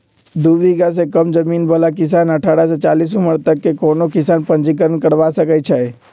दू बिगहा से कम जमीन बला किसान अठारह से चालीस उमर तक के कोनो किसान पंजीकरण करबा सकै छइ